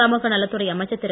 சமூகநலத் துறை அமைச்சர் திரு